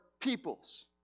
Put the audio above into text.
peoples